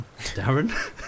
Darren